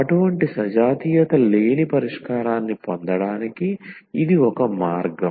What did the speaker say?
అటువంటి సజాతీయత లేని పరిష్కారాన్ని పొందడానికి ఇది ఒక మార్గం